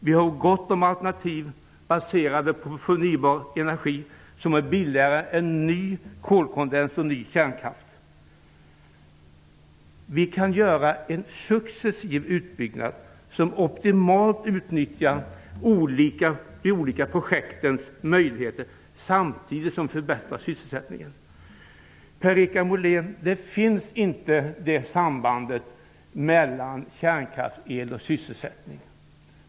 Vi har gott om alternativ baserade på förnybar energi, som är billigare än ny kolkondens och ny kärnkraft. Vi kan göra en successiv utbyggnad som optimalt utnyttjar de olika projektens möjligheter samtidigt som vi förbättrar sysselsättningen. Per-Richard Molén, det finns inte något samband mellan kärnkraftsel och sysselsättning.